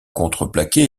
contreplaqué